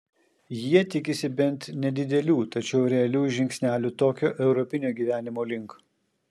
jie tikisi bent nedidelių tačiau realių žingsnelių tokio europinio gyvenimo link